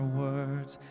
words